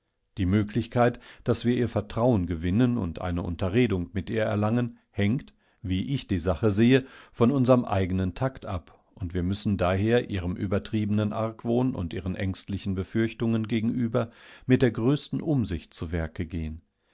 die möglichkeit daß wir ihr vertrauen gewinnen und eine unterredungmitihrerlangen hängt wieichdiesachesehe vonunsermeigenentakt ab und wir müssen daher ihrem übertriebenem argwohn und ihren ängstlichen befürchtungen gegenüber mit der größten umsicht zu werke gehen